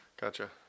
Gotcha